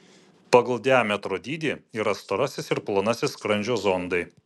pagal diametro dydį yra storasis ir plonasis skrandžio zondai